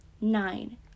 nine